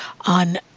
on